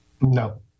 No